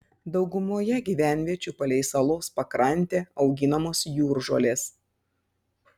daugumoje gyvenviečių palei salos pakrantę auginamos jūržolės